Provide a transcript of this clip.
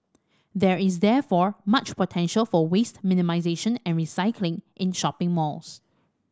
there is therefore much potential for waste minimisation and recycling in shopping malls